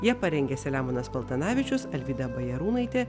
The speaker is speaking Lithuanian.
ją parengė selemonas paltanavičius alvyda bajarūnaitė